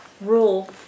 rule